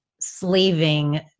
slaving